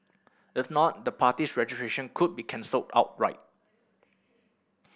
if not the party's registration could be cancelled outright